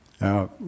Now